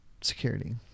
security